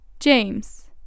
James